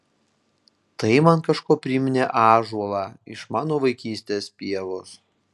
tai man kažkuo priminė ąžuolą iš mano vaikystės pievos